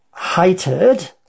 hated